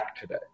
today